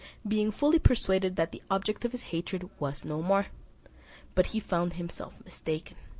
being fully persuaded that the object of his hatred was no more but he found himself mistaken.